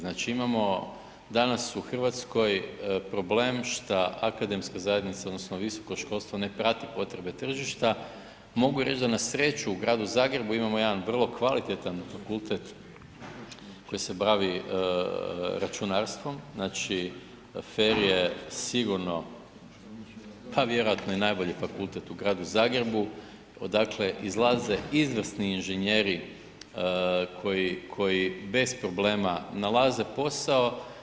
Znači, imamo danas u RH problem šta akademska zajednica odnosno visoko školstvo ne prati potrebe tržišta, mogu reć da na sreću u Gradu Zagrebu imamo jedan vrlo kvalitetan fakultet koji se bavi računarstvom, FER je sigurno, pa vjerojatno i najbolji fakultet u Gradu Zagrebu odakle izlaze izvrsni inženjeri koji, koji bez problema nalaze posao.